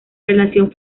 relación